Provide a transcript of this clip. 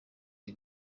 iyi